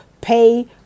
pay